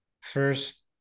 first